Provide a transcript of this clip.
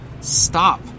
stop